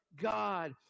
God